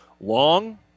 Long